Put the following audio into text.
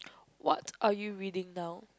what are you reading now